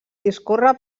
discorre